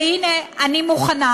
והנה, אני מוכנה,